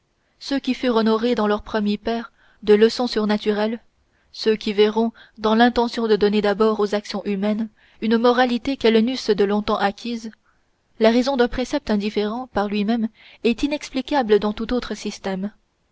ceux qui furent honorés dans leur premier père de leçons surnaturelles ceux qui verront dans l'intention de donner d'abord aux actions humaines une moralité qu'elles n'eussent de longtemps acquise la raison d'un précepte indifférent par lui-même et inexplicable dans tout autre système